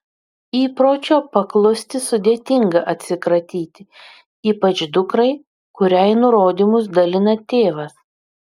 įpročio paklusti sudėtinga atsikratyti ypač dukrai kuriai nurodymus dalina tėvas